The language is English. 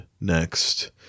next